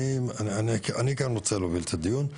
אני גם רוצה להוביל את הדיון,